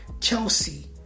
Chelsea